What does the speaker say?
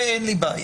עם זה אין לי בעיה.